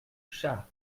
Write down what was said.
chartres